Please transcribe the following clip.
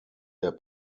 der